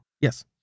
Yes